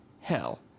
hell